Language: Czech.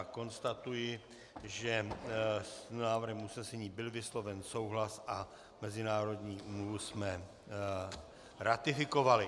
Konstatuji, že s návrhem usnesení byl vysloven souhlas a mezinárodní úmluvu jsme ratifikovali.